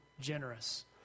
generous